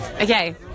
Okay